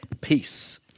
peace